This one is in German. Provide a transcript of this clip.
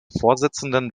vorsitzenden